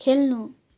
खेल्नु